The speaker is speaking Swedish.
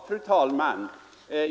Fru talman!